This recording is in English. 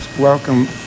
welcome